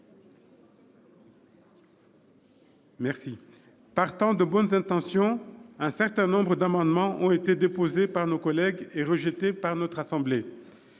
Partant de bonnes intentions, un certain nombre d'amendements ont été déposés par nos collègues et rejetés par la Haute Assemblée.